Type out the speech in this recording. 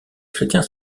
chrétiens